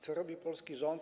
Co robi polski rząd?